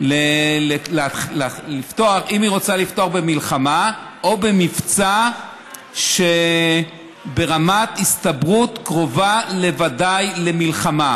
אם היא רוצה לפתוח במלחמה או במבצע ברמת הסתברות קרובה לוודאי למלחמה.